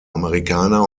amerikaner